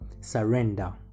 surrender